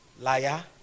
Liar